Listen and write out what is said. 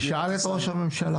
תשאל את ראש הממשלה.